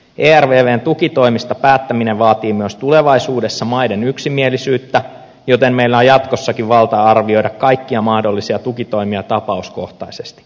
ervvn tukitoimista päättäminen vaatii myös tulevaisuudessa maiden yksimielisyyttä joten meillä on jatkossakin valta arvioida kaikkia mahdollisia tukitoimia tapauskohtaisesti